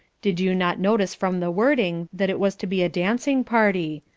did you not notice from the wording that it was to be a dancing party.